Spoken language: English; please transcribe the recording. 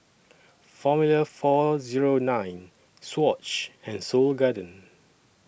Formula four Zero nine Swatch and Seoul Garden